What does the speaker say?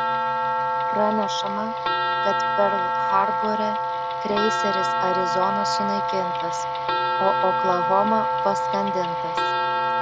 pranešama kad perl harbore kreiseris arizona sunaikintas o oklahoma paskandintas